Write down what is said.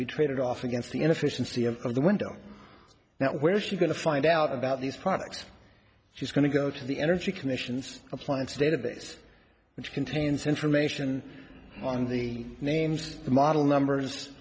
be traded off against the inefficiency of the window now where is she going to find out about these products she's going to go to the energy commission's appliance database which contains information on the names the model numbers